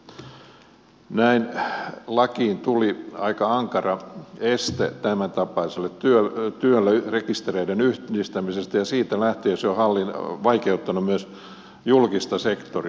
näin lakiin tuli aika ankara este tämäntapaiselle työlle rekistereiden yhdistämisestä ja siitä lähtien se on vaikeuttanut myös julkista sektoria